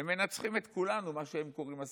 הם מנצחים את כולנו, מה שהם קוראים "השמאלנים",